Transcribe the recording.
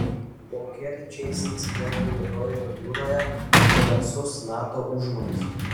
po kerčės incidento juodojoje jūroje drąsus nato užmojis